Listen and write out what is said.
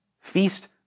Feast